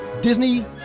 Disney